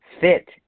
Fit